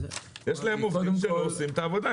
יש להם עובדים שלא עושים את העבודה.